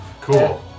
Cool